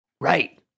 Right